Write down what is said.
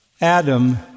Adam